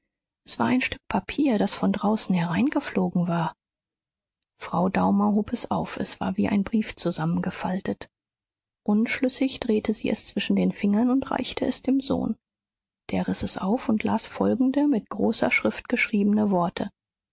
es war ein stück papier das von draußen hereingeflogen war frau daumer hob es auf es war wie ein brief zusammengefaltet unschlüssig drehte sie es zwischen den fingern und reichte es dem sohn der riß es auf und las folgende mit großer schrift geschriebene worte